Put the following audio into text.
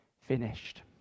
finished